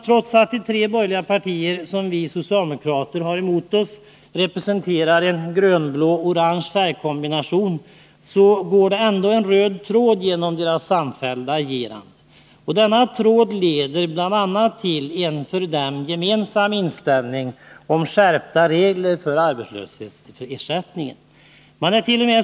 Trots att de tre borgerliga partier som vi socialdemokrater har emot oss representerar en grön-blå-orange färgkombination, går det ändå en röd tråd genom deras samfällda agerande. Denna tråd leder till en för dem gemensam inställning om skärpta regler för arbetslöshetsersättning.